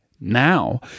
now